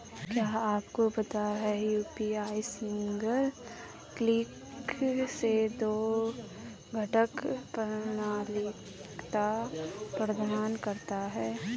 क्या आपको पता है यू.पी.आई सिंगल क्लिक से दो घटक प्रमाणिकता प्रदान करता है?